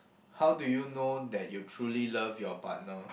how do you know that you truly love your partner